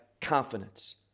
confidence